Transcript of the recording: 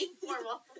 formal